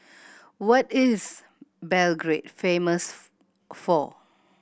what is Belgrade famous for